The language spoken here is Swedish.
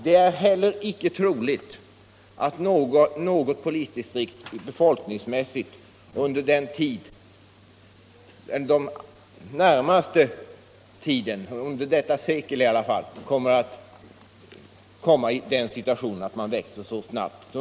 Det är heller icke troligt att något polisdistrikt befolkningsmässigt i varje fall under innevarande sekel kommer att växa så snabbt.